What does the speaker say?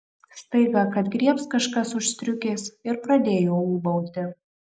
staiga kad griebs kažkas už striukės ir pradėjo ūbauti